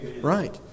right